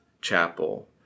chapel